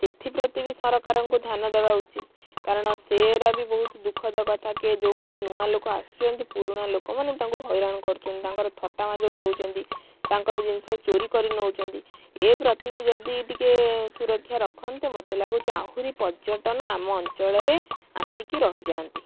ସେଥିପ୍ରତି ବି ସରକାରଙ୍କୁ ଧ୍ୟାନ ଦେବା ଉଚିତ କାରଣ ସେ ରା ବି ବହୁତ ଦୁଃଖଦ କଥା କି ଯେଉଁମାନେ ନୂଆ ଲୋକ ଆସୁଛନ୍ତି ପୁରୁଣା ଲୋକମାନେ ତାଙ୍କୁ ହଇରାଣ କରୁଛନ୍ତି ତାଙ୍କର ଥଟା ମଜା ଉଡ଼ଉଛନ୍ତି ତାଙ୍କର ଜିନିଷ ଚୋରୀ କରି ନେଉଛନ୍ତି ଏ ପ୍ରତି ବି ଯଦି ଟିକେ ସୁରକ୍ଷା ରଖନ୍ତେ ମୋତେ ଲାଗୁଛି ଆହୁରି ପର୍ଯ୍ୟଟନ ଆମ ଅଞ୍ଚଳରେ ଆସିକି ରହିଯାଆନ୍ତି